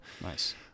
nice